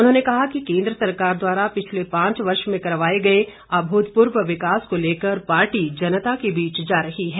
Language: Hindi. उन्होंने कहा कि केन्द्र सरकार द्वारा पिछले पांच वर्ष में करवाए गए अभूतपूर्व विकास को लेकर पार्टी जनता के बीच जा रही है